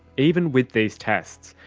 even with these tests,